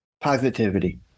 Positivity